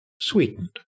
sweetened